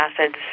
acids